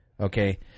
Okay